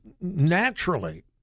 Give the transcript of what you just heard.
naturally